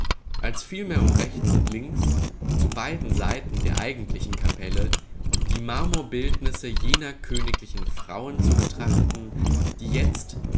als vielmehr um rechts und links zu beiden seiten der eigentlichen kapelle die marmorbildnisse jener königlichen frauen zu betrachten die jetzt